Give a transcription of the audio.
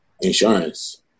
insurance